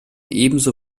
ebenso